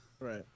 Right